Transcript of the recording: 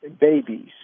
babies